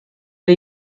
der